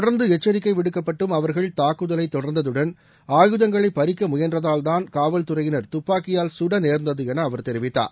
தொடர்ந்து எச்சரிக்கை விடுக்கப்பட்டும் அவர்கள் தாக்குதலை தொடர்ந்ததுடன் ஆயுதங்களை பறிக்க முயன்றதால்தான் காவல்துறையினர் துப்பாக்கியால் சுட நேர்ந்தது என அவர் தெரிவித்தார்